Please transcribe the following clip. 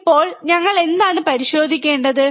ഇപ്പോൾ ഞങ്ങൾ എന്താണ് പരിശോധിക്കേണ്ടത്